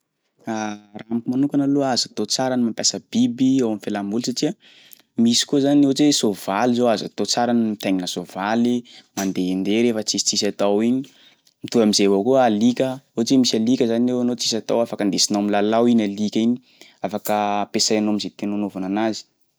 Raha amiko manokana aloha azo atao tsara ny mampiasa biby eo am'fialamboly satsia misy koa zany ohatry hoe soavaly zao azo atao tsara ny mitaingina soavaly mandehandeha rehefa tsisy tsisy atao igny, mitovy amzay koa alika, ohatra hoe misy alika zany eo anao tsisy atao afaka andesinao milalao iny alika iny, afaka ampiasainao am'zay tianao anaovana anazy.